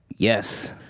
Yes